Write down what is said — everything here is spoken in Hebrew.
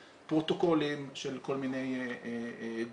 פרוטוקולים של כל מיני גופים,